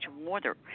water